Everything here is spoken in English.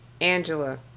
Angela